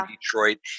Detroit